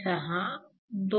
6 2